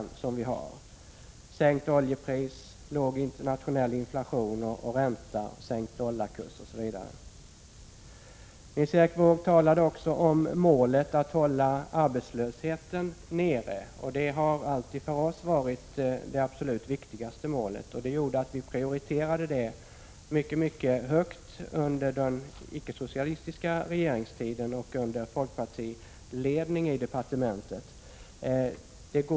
Jag tänker då på sådana faktorer som sänkt oljepris, låg internationell inflation och ränta, sänkt dollarkurs, osv. Nils Erik Wååg talade också om målet att hålla arbetslösheten nere. Det — Prot. 1986/87:130 har alltid för oss varit det absolut viktigaste målet. Under den icke 25 maj 1987 socialistiska regeringstiden och under folkpartiledning i departementet prioriterade vi det mycket högt.